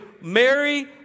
Mary